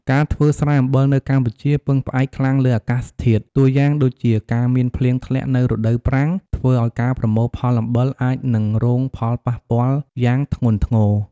ការធ្វើស្រែអំបិលនៅកម្ពុជាពឹងផ្អែកខ្លាំងលើអាកាសធាតុ តួយ៉ាងដូចជាការមានភ្លៀងធ្លាក់នៅរដូវប្រាំង ធ្វើឲ្យការប្រមូលផលអំបិលអាចនឹងរងផលប៉ះពាល់យ៉ាងធ្ងន់ធ្ងរ។